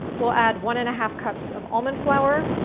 we'll add one and a half cups of almond flour,